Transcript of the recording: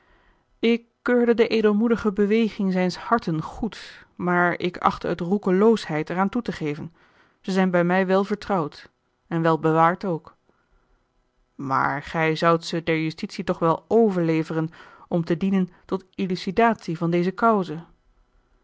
ik keurde de edelmoedige beweging zijns harten goed maar ik achtte het roekeloosheid er aan toe te geven ze zijn bij mij wel vertrouwd en wel bewaard ook maar gij zoudt ze der justitie toch wel overleveren om te dienen tot illucidatie van deze cause